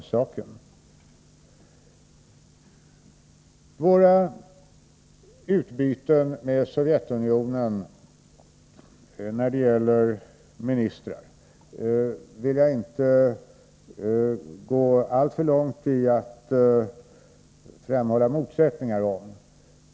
I fråga om vårt utbyte med Sovjetunionen i form av ministerbesök vill jag inte gå alltför långt genom att framhäva motsättningar.